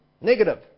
negative